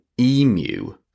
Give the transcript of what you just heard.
emu